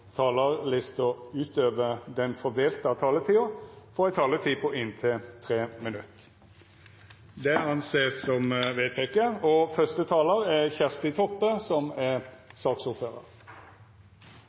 talarlista utover den fordelte taletida, får ei taletid på inntil 3 minutt. – Det er vedteke. I denne saka har helse- og